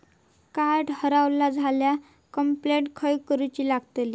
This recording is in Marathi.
कार्ड हरवला झाल्या कंप्लेंट खय करूची लागतली?